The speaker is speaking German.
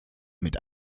mit